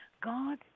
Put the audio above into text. God